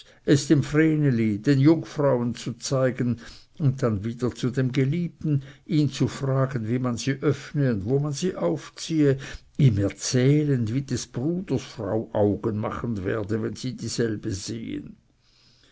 den jungfrauen zu zeigen und dann wieder zu dem geliebten ihn zu fragen wie man sie öffne und wo man sie aufziehe ihm erzählend wie des bruders frau augen machen werde wenn sie dieselbe sehe